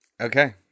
Okay